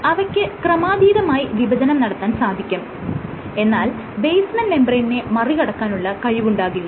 അവയ്ക്ക് ക്രമാധീതമായി വിഭജനം നടത്താൻ സാധിക്കും എന്നാൽ ബേസ്മെൻറ് മെംബ്രേയ്നിനെ മറികടക്കാനുള്ള കഴിവുണ്ടാകില്ല